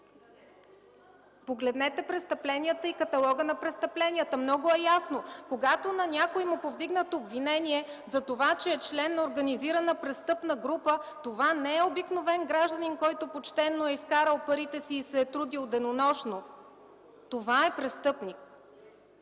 Погледнете престъпленията и каталога на престъпленията – много е ясно. Когато на някого му повдигнат обвинение за това, че е член на организирана престъпна група, това не е обикновен гражданин, който почтено е изкарал парите си и се е трудил денонощно! Това е престъпник.